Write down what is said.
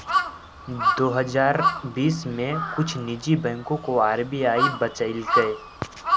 दो हजार बीस में कुछ निजी बैंकों को आर.बी.आई बचलकइ